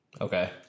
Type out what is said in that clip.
Okay